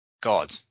God